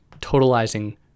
totalizing